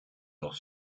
nach